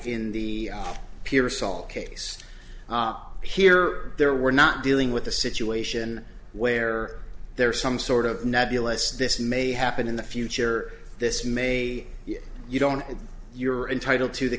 in the peer assault case here there we're not dealing with a situation where there is some sort of nebulous this may happen in the future this may you don't you're entitled to the